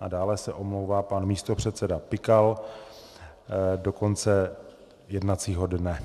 A dále se omlouvá pan místopředseda Pikal do konce jednacího dne.